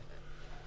רע".